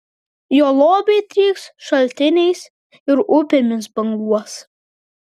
jo lobiai trykš šaltiniais ir upėmis banguos